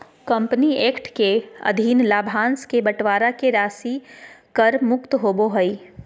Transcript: company act के अधीन लाभांश के बंटवारा के राशि कर मुक्त होबो हइ